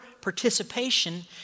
participation